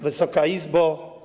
Wysoka Izbo!